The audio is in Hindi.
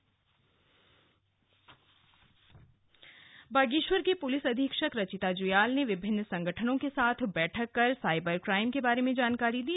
साइबर क्राइम बागेश्वर की पुलिस अधीक्षक रचिता जुयाल ने विभिन्न संगठनों के साथ बैठक कर साइबर क्राइम के बारे में जानकारी दी